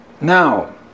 Now